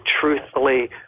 truthfully